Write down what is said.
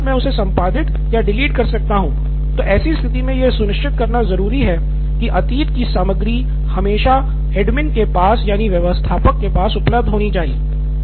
साथ ही साथ मैं उसे संपादित या डिलीट कर सकता हूं तो ऐसी स्थिति मे यह सुनिश्चित करना ज़रूरी है कि अतीत की सामग्री हमेशा व्यवस्थापक के पास उपलब्ध होनी चाहिए